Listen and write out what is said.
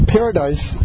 Paradise